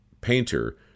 painter